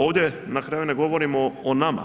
Ovdje na kraju ne govorimo o nama,